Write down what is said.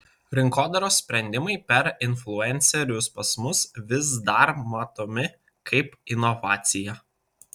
rinkodaros sprendimai per influencerius pas mus vis dar matomi kaip inovacija